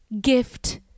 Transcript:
gift